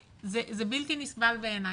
זה בלתי נסבל בעיני,